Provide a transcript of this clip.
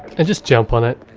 and just jump on it